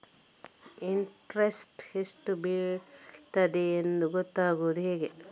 Interest ಎಷ್ಟು ಬೀಳ್ತದೆಯೆಂದು ಗೊತ್ತಾಗೂದು ಹೇಗೆ?